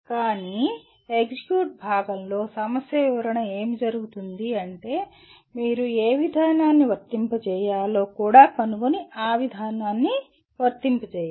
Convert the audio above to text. కానీ ఎగ్జిక్యూట్ భాగంలో సమస్య వివరణ ఏమి జరుగుతుంది అంటే మీరు ఏ విధానాన్ని వర్తింపజేయాలో కూడా కనుగొని ఆ విధానాన్ని వర్తింపజేయాలి